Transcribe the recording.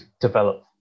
develop